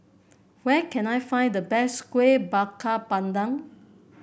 where can I find the best Kueh Bakar Pandan